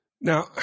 Now